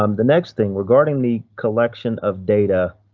um the next thing regarding the collection of data.